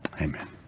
amen